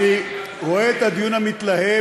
אני רואה את הדיון המתלהם,